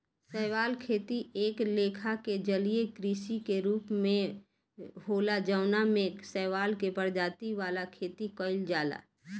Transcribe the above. शैवाल खेती एक लेखा के जलीय कृषि के रूप होला जवना में शैवाल के प्रजाति वाला खेती कइल जाला